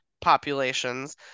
populations